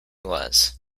was